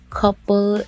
couple